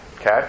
Okay